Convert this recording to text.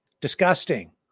disgusting